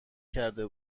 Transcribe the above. کرده